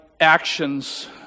Actions